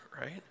right